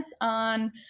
on